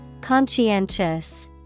Conscientious